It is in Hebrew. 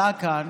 עלה לכאן.